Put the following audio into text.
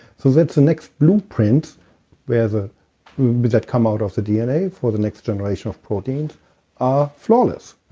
so, that's the next blueprint where the that come out of the dna for the next generation of proteins are flawless.